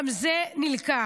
גם זה נלקח.